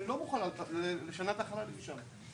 אני לא מוכנה לשנע את החללים משם.